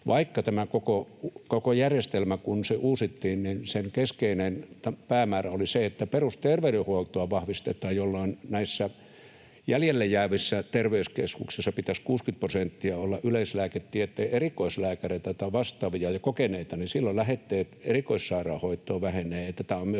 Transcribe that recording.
tehty. Tämän koko järjestelmän, kun se uusittiin, keskeinen päämäärä oli se, että perusterveydenhuoltoa vahvistetaan, jolloin näissä jäljelle jäävissä terveyskeskuksissa pitäisi 60 prosenttia olla yleislääketieteen erikoislääkäreitä tai vastaavia ja kokeneita, jolloin lähetteet erikoissairaanhoitoon vähenevät,